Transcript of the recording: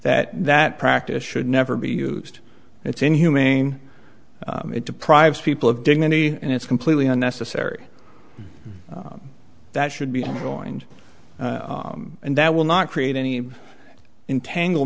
that that practice should never be used it's inhumane it deprives people of dignity and it's completely unnecessary that should be joined and that will not create any entangle